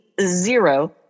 zero